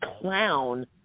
clown